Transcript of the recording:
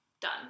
done